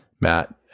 Matt